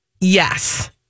yes